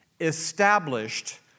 established